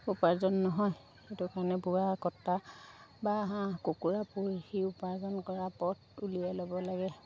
উপাৰ্জন নহয় সেইটো কাৰণে বোৱা কটা বা হাঁহ কুকুৰা পুহি উপাৰ্জন কৰা পথ উলিয়াই ল'ব লাগে